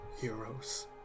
heroes